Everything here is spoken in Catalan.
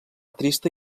trista